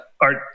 art